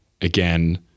again